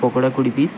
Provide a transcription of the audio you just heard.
পকোড়া কুড়ি পিস